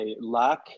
lack